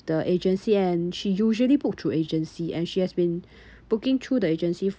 the agency and she usually book through agency and she has been booking through the agency